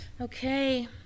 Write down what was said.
Okay